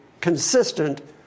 consistent